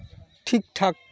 ᱴᱷᱤᱠᱼᱴᱷᱟᱠ